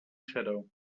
shadow